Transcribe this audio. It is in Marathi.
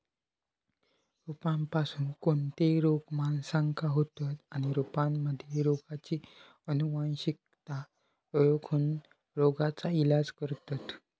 रोपांपासून कोणते रोग माणसाका होतं आणि रोपांमध्ये रोगाची अनुवंशिकता ओळखोन रोगाचा इलाज करतत